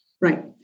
Right